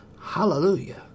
Hallelujah